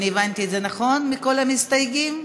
אני הבנתי את נכון, מכל המסתייגים?